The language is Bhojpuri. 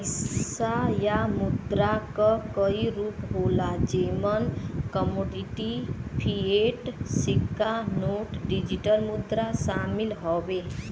पइसा या मुद्रा क कई रूप होला जेमन कमोडिटी, फ़िएट, सिक्का नोट, डिजिटल मुद्रा शामिल हउवे